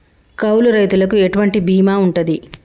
కౌలు రైతులకు ఎటువంటి బీమా ఉంటది?